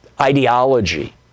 ideology